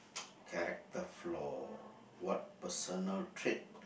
character flaw what personal trait